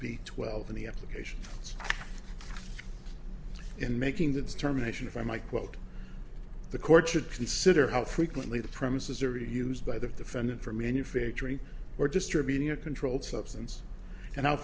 b twelve in the application in making the determination of i might quote the court should consider how frequently the premises are used by the defendant for manufacturing or distributing a controlled substance and i'll